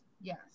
Yes